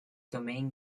domain